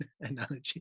analogy